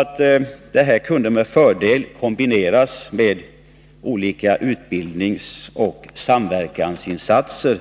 att denna försäljning med fördel kunde kombineras med olika utbildningsoch samverkansinsatser.